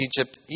Egypt